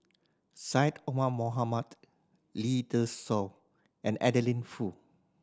Syed Omar Mohamed Lee Dai Soh and Adeline Foo